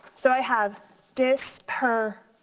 so i have dis per,